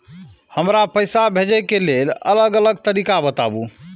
हमरा पैसा भेजै के लेल अलग अलग तरीका बताबु?